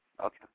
Okay